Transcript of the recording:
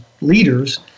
leaders